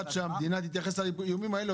עד שהמדינה תתייחס לאיומים האלה,